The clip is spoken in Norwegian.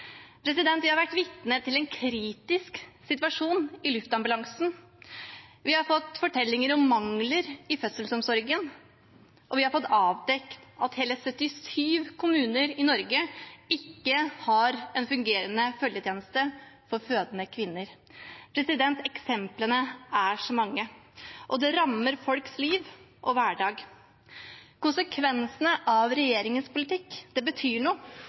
Vi har vært vitne til en kritisk situasjon i luftambulansen. Vi har fått fortellinger om mangler i fødselsomsorgen, og vi har fått avdekket at hele 77 kommuner i Norge ikke har en fungerende følgetjeneste for fødende kvinner. Eksemplene er så mange, og de rammer folks liv og hverdag. Konsekvensene av regjeringens politikk betyr noe,